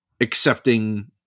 accepting